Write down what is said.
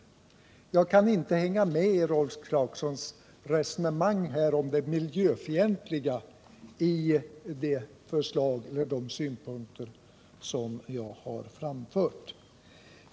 Jag kan inte hänga med i Rolf Clarksons resonemang om det miljöfientliga i de synpunkter som jag har framfört.